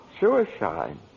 Suicide